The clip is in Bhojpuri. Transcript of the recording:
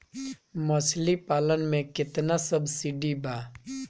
मछली पालन मे केतना सबसिडी बा?